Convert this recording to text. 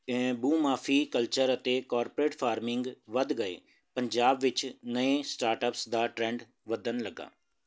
ਭੂ ਮਾਫ਼ੀ ਕਲਚਰ ਅਤੇ ਕਾਰਪੋਰੇਟ ਫਾਰਮਿੰਗ ਵੱਧ ਗਏ ਪੰਜਾਬ ਵਿੱਚ ਨਵੇਂ ਸਟਾਰਟਅਪਸ ਦਾ ਟਰੈਂਡ ਵੱਧਣ ਲੱਗਾ